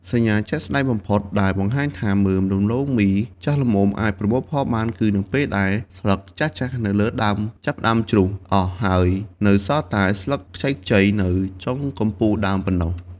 សញ្ញាជាក់ស្តែងបំផុតដែលបង្ហាញថាមើមដំឡូងមីចាស់ល្មមអាចប្រមូលផលបានគឺនៅពេលដែលស្លឹកចាស់ៗនៅលើដើមចាប់ផ្ដើមជ្រុះអស់ ហើយនៅសល់តែស្លឹកខ្ចីៗនៅចុងកំពូលដើមប៉ុណ្ណោះ។